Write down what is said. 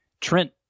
Trent